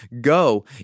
Go